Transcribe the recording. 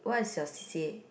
what is your C_c_A